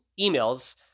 emails